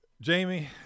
Jamie